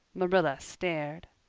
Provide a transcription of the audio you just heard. marilla stared.